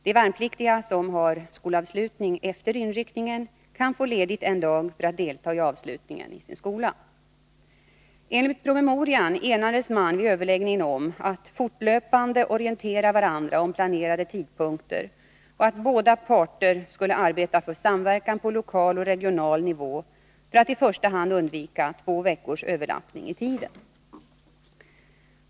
De värnpliktiga som har skolavslutning efter inryckningen kan få ledigt en dag för att delta i avslutningen på sin skola. Enligt promemorian enades man vid överläggningen om att fortlöpande orientera varandra om planerade tidpunkter och att båda parter skulle arbeta för samverkan på lokal och regional nivå för att i första hand undvika två veckors överlappning i tiden.